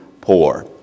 poor